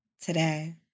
today